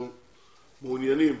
אנו מעוניינים,